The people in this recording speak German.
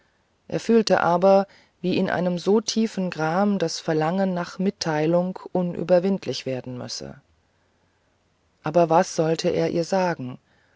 er fühlte aber wie in einem so tiefen gram das verlangen nach mitteilung unüberwindlich werden müsse aber was sollte er ihr sagen